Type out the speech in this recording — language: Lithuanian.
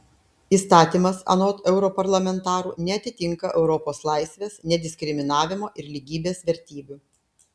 įstatymas anot europarlamentarų neatitinka europos laisvės nediskriminavimo ir lygybės vertybių